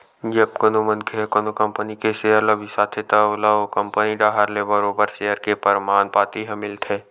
जब कोनो मनखे ह कोनो कंपनी के सेयर ल बिसाथे त ओला ओ कंपनी डाहर ले बरोबर सेयर के परमान पाती ह मिलथे